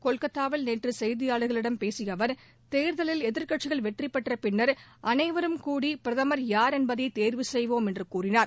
கொல்கத்தாவில் நேற்று செய்தியாளர்களிடம் பேசிய அவர் தேர்தலில் எதிர்க்கட்சிகள் வெற்றி பெற்ற பின்னர் அனைவரும் கூடி பிரதமர் யார் என்பதை தேர்வு செய்வோம் என்று கூறினார்